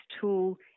tool